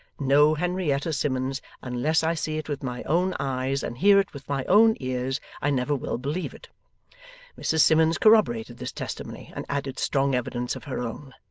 no, henrietta simmons, unless i see it with my own eyes and hear it with my own ears, i never will believe it mrs simmons corroborated this testimony and added strong evidence of her own.